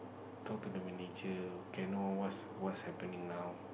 talk to the manager can I know whats whats happening now